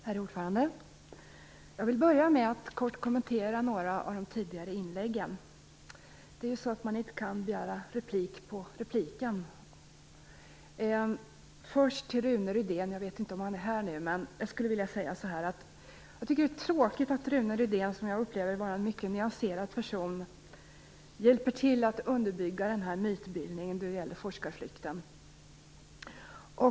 Herr talman! Jag vill börja med att kort kommentera några av de tidigare inläggen. Det är ju så att man kan inte begära replik på repliken. Jag vet inte om Rune Rydén är närvarande, men jag skulle vilja säga att jag tycker att det är tråkigt att Rune Rydén, som jag upplever som en mycket nyanserad person, hjälper till att underbygga mytbildningen om forskarflykten.